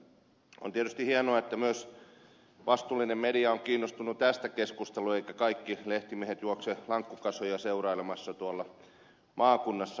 on tietysti hienoa että myös vastuullinen media on kiinnostunut tästä keskustelusta eivätkä kaikki lehtimiehet juokse lankkukasoja seurailemassa tuolla maakunnassa